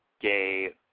gay